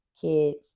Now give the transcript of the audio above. kids